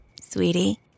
Sweetie